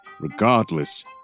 Regardless